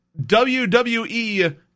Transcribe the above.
WWE